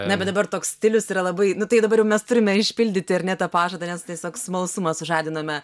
na bet dabar toks stilius yra labai nu tai dabar mes turime išpildyti ar ne tą pažadą nes tiesiog smalsumas sužadinume